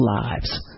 lives